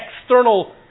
external